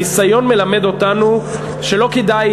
הניסיון מלמד אותנו שלא כדאי,